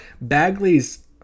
Bagley's